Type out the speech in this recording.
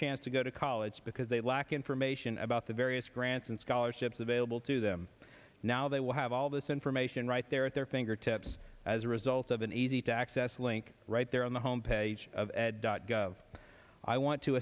chance to go to college because they lack information about the various grants and scholarships available to them now they will have all this information right there at their fingertips as a result of an easy to access link right there on the home page of ed dot gov i want to